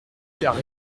perds